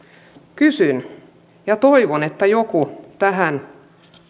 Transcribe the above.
kysyn ja toivon että joku tähän